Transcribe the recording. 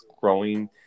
growing